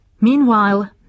Meanwhile